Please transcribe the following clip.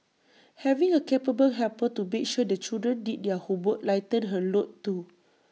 having A capable helper to make sure the children did their homework lightened her load too